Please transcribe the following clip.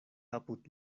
apud